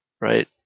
right